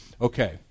Okay